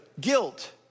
guilt